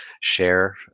share